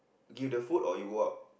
give the food or you go out